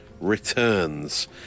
returns